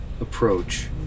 approach